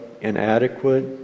inadequate